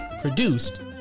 produced